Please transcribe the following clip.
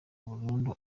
umurundi